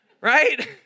right